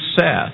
Seth